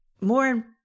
more